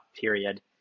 period